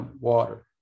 water